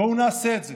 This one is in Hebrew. בואו נעשה את זה,